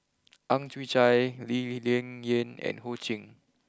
Ang Chwee Chai Lee Ling Yen and Ho Ching